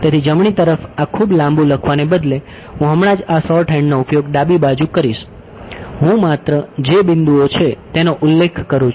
તેથી જમણી તરફ આ ખૂબ લાંબુ લખવાને બદલે હું હમણાં જ આ શોર્ટહેન્ડનો ઉપયોગ ડાબી બાજુ કરીશ હું માત્ર જે બિંદુઓ છે તેનો ઉલ્લેખ કરું છુ